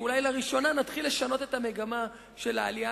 ואולי לראשונה נתחיל לשנות את המגמה של עלייה